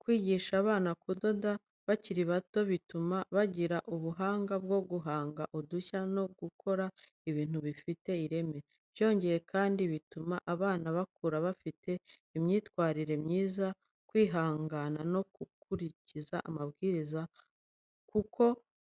Kwigisha abana kudoda bakiri bato bituma bagira ubuhanga bwo guhanga udushya no gukora ibintu bifite ireme. Byongeye kandi bituma abana bakura bafite imyitwarire myiza, kwihangana no gukurikiza amabwiriza kuko